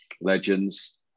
legends